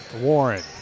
Warren